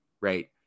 right